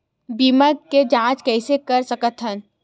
बीमा के जांच कइसे कर सकत हन?